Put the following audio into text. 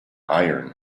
iron